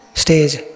stage